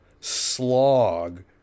slog